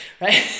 right